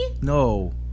No